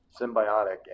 symbiotic